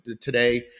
today